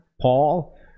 Paul